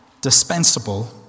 dispensable